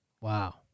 wow